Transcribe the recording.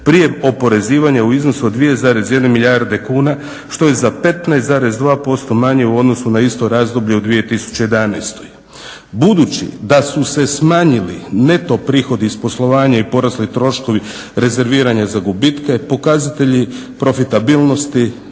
prije oporezivanja u iznosu od 2,1 milijarde kuna što je za 15,2% manje u odnosu na isto razdoblje u 2011. Budući da su se smanjili neto prihodi iz poslovanja i porasli troškovi rezervirani za gubitke pokazatelji profitabilnosti